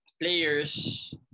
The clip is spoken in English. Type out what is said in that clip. players